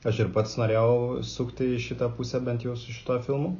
aš ir pats norėjau sukti į šitą pusę bent jau su šituo filmu